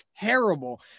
terrible